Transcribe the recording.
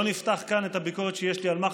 לא נפתח כאן את הביקורת שיש לי על מח"ש.